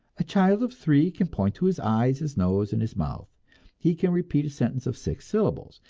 a child of three can point to his eyes, his nose and his mouth he can repeat a sentence of six syllables,